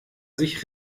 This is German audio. sich